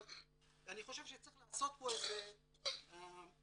אבל אני חושב שצריך לעשות פה איזה הידוק